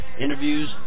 interviews